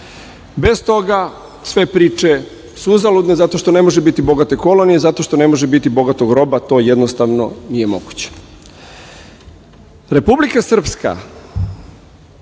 Bez toga sve priče su uzaludne zato što može biti bogate kolonije, zato što ne može biti bogatog roba, to jednostavno nije moguće. Republika Srpska